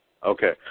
Okay